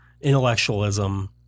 intellectualism